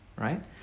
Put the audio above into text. right